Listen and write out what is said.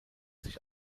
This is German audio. sich